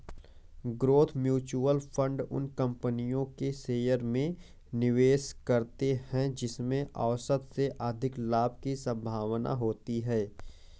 growth mutual fund उन कंपनियों के शेयरों में निवेश करते हैं जिनमें औसत से अधिक लाभ की संभावना होती है